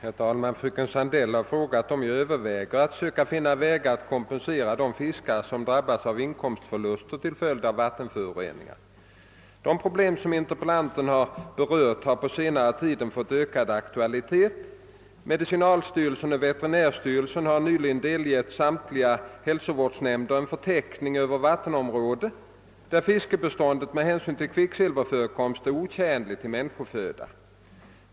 Herr talman! Fröken Sandell har frågat, om jag överväger att söka finna vägar att kompensera de fiskare som drabbas av inkomstförluster till följd av vattenföroreningar. De problem som interpellanten här berört har på senare tid fått ökad aktualitet. Medicinalstyrelsen och vweteri närstyrelsen har nyligen delgett samtliga hälsovårdsnämnder en förteckning över vattenområden, där fiskbeståndet med hänsyn till kvicksilverförekomst är otjänligt till människoföda.